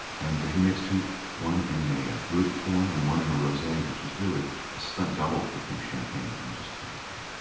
and he makes two one in a a brut form and one in a rose, which is really a stunt double for pink champagne. and i just think it's great.